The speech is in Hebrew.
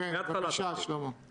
--- עודד פורר, אתה מפריע.